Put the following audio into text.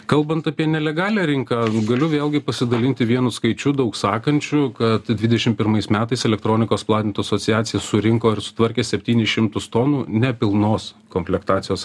kalbant apie nelegalią rinką galiu vėlgi pasidalinti vienu skaičiu daug sakančiu kad dvidešim pirmais metais elektronikos platintojų asociacija surinko ir sutvarkė septynis šimtus tonų nepilnos komplektacijos